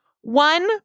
one